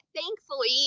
thankfully